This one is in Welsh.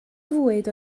fwyd